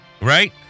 right